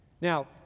Now